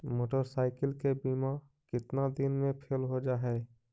Motorcycle के बिमा केतना दिन मे फेल हो जा है?